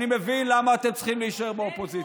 אני מבין למה אתם צריכים להישאר באופוזיציה.